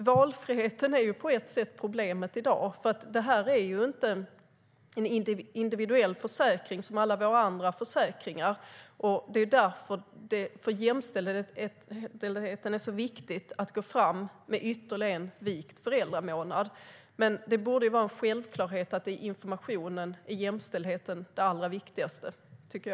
Valfriheten är på ett sätt problemet i dag, för det här är inte en individuell försäkring som alla våra andra försäkringar. Det är därför som det för jämställdheten är så viktigt att gå fram med ytterligare en vikt föräldramånad. I informationen borde det vara en självklarhet att jämställdheten är det allra viktigaste.